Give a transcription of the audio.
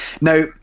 Now